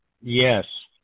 Yes